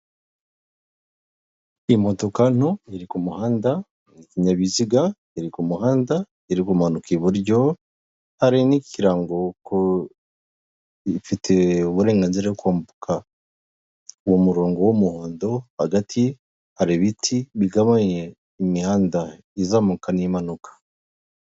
Imodoka nto iri k'umuhanda ikinyabiziga iri ku muhanda iri kumanuka iburyo hari n'ikirango ifiti uburenganzira bwo kwambuka uwo murongo w'umuhondo hagati hari ibiti bigabanye imihanda izamuka n'impanuka.